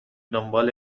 دنبال